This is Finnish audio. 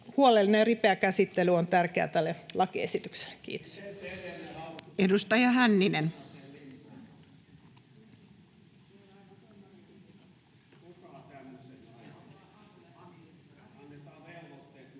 Huolellinen ja ripeä käsittely on tärkeää tälle lakiesitykselle. — Kiitos. Edustaja Hänninen. [Ben